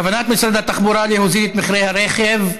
בנושא: כוונת משרד התחבורה להוריד את מחיר הרכב הפרטי.